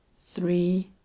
three